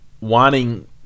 wanting